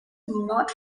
not